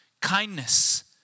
kindness